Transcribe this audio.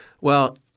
Well-